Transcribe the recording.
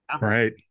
Right